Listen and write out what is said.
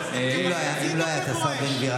אם לא היה השר בן גביר,